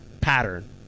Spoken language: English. pattern